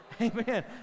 Amen